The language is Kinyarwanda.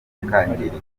kikangirika